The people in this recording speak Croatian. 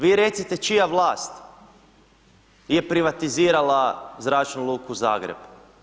Vi recite čija vlast je privatizirala Zračnu luku Zagreb?